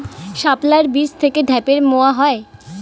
শাপলার বীজ থেকে ঢ্যাপের মোয়া হয়?